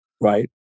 Right